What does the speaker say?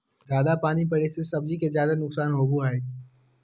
जयादा पानी पड़े से सब्जी के ज्यादा नुकसान होबो हइ